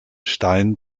stein